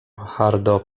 hardo